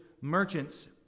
merchants